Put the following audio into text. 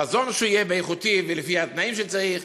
שהמזון שיהיה איכותי ולפי התנאים שצריך,